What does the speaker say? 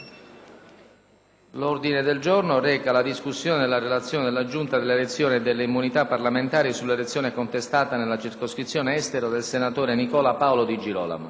L'ordine del giorno reca la discussione del relazione della Giunta delle elezioni e delle immunità parlamentari sulla elezione contestata nella circoscrizione Estero del senatore Nicola Paolo Di Girolamo.